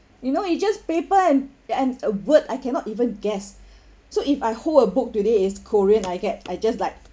you know it just paper and and a word I cannot even guess so if I hold a book today is korean I get I just like